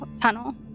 tunnel